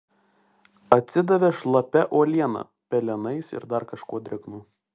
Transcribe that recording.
atsidavė šlapia uoliena pelenais ir dar kažkuo drėgnu